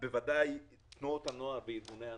ובוודאי תנועות הנוער וארגוני הנוער,